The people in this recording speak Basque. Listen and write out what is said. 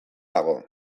dago